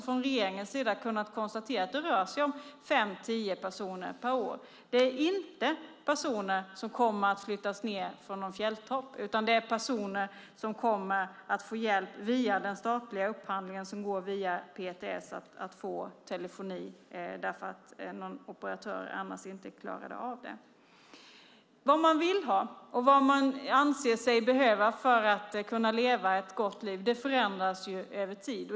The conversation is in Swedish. Regeringen har kunnat konstatera att det rör sig om fem tio personer per år. Det är inte personer som kommer att flyttas ned från någon fjälltopp, utan det är personer som kommer att få hjälp att få telefoni via den statliga upphandlingen som går via PTS eftersom det inte fanns någon operatör som klarade av det. Vad man vill ha och vad man anser sig behöva för att kunna leva ett gott liv förändras över tid.